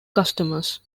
customers